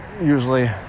usually